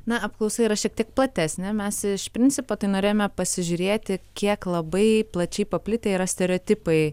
na apklausa yra šiek tiek platesnė mes iš principo tai norėjome pasižiūrėti kiek labai plačiai paplitę yra stereotipai